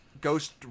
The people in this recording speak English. Ghost